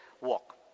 walk